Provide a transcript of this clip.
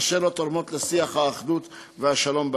אשר לא תורמות לשיח האחדות והשלום בעיר.